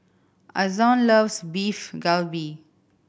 Ason loves Beef Galbi